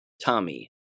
Tommy